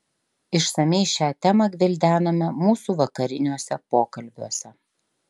išsamiai šią temą gvildenome mūsų vakariniuose pokalbiuose